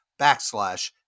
backslash